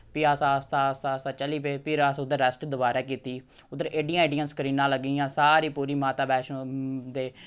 फ्ही अस आस्ता आस्ता आस्ता चली पे फिर अस उद्धर रैस्ट दोबारै कीती उद्धर एड्डियां एड्डियां स्क्रीनां लग्गी दियां सारी पूरी माता वैश्णो दे